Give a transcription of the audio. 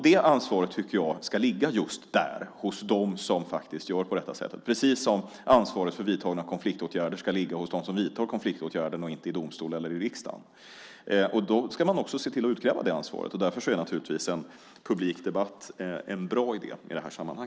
Det ansvaret tycker jag ska ligga just hos dem som gör så, precis som ansvaret för vidtagna konfliktåtgärder ska ligga hos dem som vidtar konfliktåtgärderna och inte hos domstolar eller riksdag. Man ska också se till att utkräva det ansvaret. Därför är en publik debatt en bra idé.